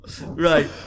Right